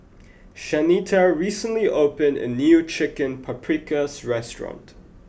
Shanita recently opened a new Chicken Paprikas restaurant